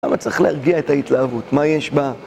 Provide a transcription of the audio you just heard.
למה צריך להרגיע את ההתלהבות? מה יש בה?